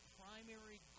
primary